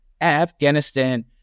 Afghanistan